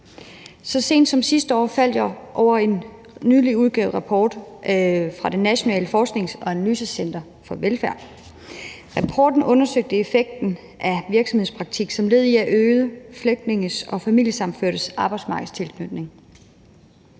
Så sent som sidste år faldt jeg over en nylig udgivet rapport fra Det Nationale Forsknings- og Analysecenter for Velfærd. Rapporten undersøgte effekten af virksomhedspraktik som led i at øge flygtninges og familiesammenførtes arbejdsmarkedstilknytning.